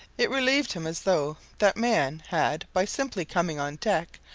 it relieved him as though that man had, by simply coming on deck,